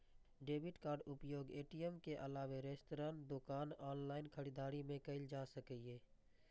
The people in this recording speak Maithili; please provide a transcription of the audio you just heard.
डेबिट कार्डक उपयोग ए.टी.एम के अलावे रेस्तरां, दोकान, ऑनलाइन खरीदारी मे कैल जा सकैए